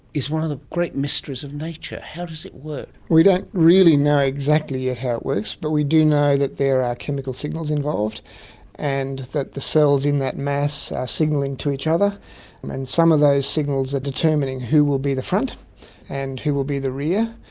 is one of the great mysterious of nature. how does it work? we don't really know exactly yet how it works but we do know that there are chemical signals involved and that the cells in that mass are signalling to each other and some of those signals are determining who will be the front and who will be the rear,